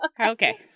Okay